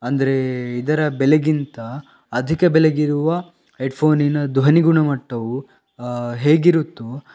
ಅಂದರೆ ಇದರ ಬೆಲೆಗಿಂತ ಅಧಿಕ ಬೆಲೆಗಿರುವ ಹೆಡ್ಫೋನಿನ ಧ್ವನಿ ಗುಣಮಟ್ಟವು ಹೇಗಿರುತ್ತೋ